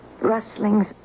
rustlings